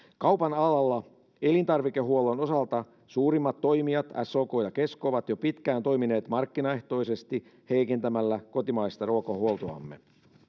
kaupan alalla elintarvikehuollon osalta suurimmat toimijat sok ja kesko ovat jo pitkään toimineet markkinaehtoisesti heikentämällä kotimaista ruokahuoltoamme